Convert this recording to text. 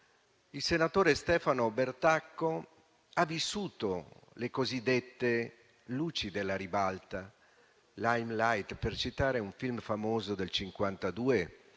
il senatore Stefano Bertacco ha vissuto le cosiddette luci della ribalta, Limelight, per citare un famoso film